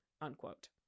unquote